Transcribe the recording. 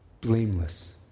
blameless